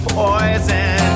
poison